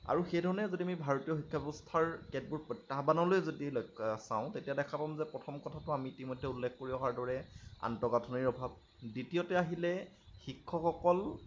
আৰু সেইধৰণে যদি আমি ভাৰতীয় শিক্ষা ব্যৱস্থাৰ কেতবোৰ প্ৰত্যাহ্বানলৈ যদি লক্ষ চাওঁ তেতিয়া দেখা পাম যে প্ৰথম কথাটো আমি ইতিমধ্যে উল্লেখ কৰি অহাৰ দৰে আন্তঃগাঁথনিৰ অভাৱ দ্বিতীয়তে আহিলে শিক্ষকসকল